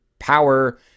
power